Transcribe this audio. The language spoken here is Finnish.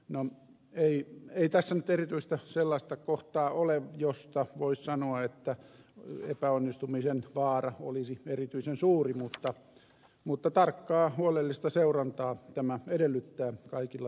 no ei tässä nyt erityistä sellaista kohtaa ole josta voisi sanoa että epäonnistumisen vaara olisi erityisen suuri mutta tarkkaa huolellista seurantaa tämä edellyttää kaikilla tasoilla